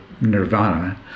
nirvana